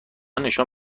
نشان